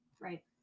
right